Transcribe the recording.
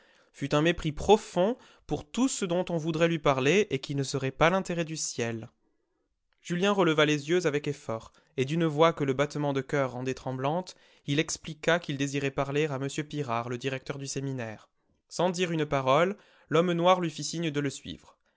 fut un mépris profond pour tout ce dont on voudrait lui parler et qui ne serait pas l'intérêt du ciel julien releva les yeux avec effort et d'une voix que le battement de coeur rendait tremblante il expliqua qu'il désirait parler à m pirard le directeur du séminaire sans dire une parole l'homme noir lui fit signe de le suivre